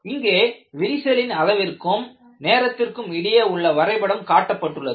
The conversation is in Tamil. இங்கே விரிசலின் அளவிற்கும் நேரத்திற்கும் இடையே உள்ள வரைபடம் காட்டப்பட்டுள்ளது